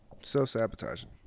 Self-sabotaging